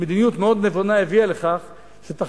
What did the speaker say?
מדיניות מאוד נבונה הביאה לכך שלא התממשו